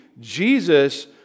Jesus